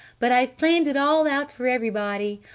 but i've planned it all out for everybody!